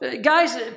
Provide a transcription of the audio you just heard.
guys